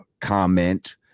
comment